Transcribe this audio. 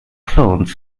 clones